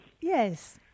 Yes